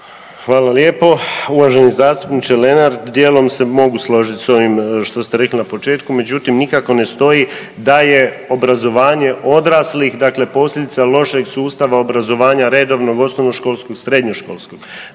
Hvala lijepo. Uvaženi zastupniče Lenart dijelom se mogu složiti s ovim što ste rekli na početku. Međutim, nikako ne stoji da je obrazovanje odraslih dakle posljedica lošeg sustava obrazovanja redovnog osnovnoškolskog i srednjoškolskog.